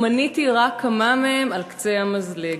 ומניתי רק כמה מהם על קצה המזלג.